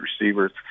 receivers